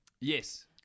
Yes